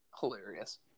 hilarious